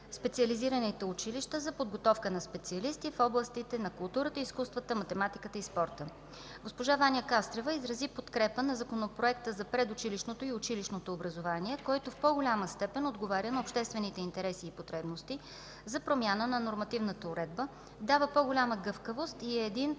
специализирани училища за подготовка на специалисти в областите на културата, изкуствата, математиката и спорта. Госпожа Ваня Кастрева изрази подкрепа на Законопроекта за предучилищното и училищното образование, който в по-голяма степен отговаря на обществените интереси и потребности за промяна на нормативната уредба, дава по-голяма гъвкавост и е един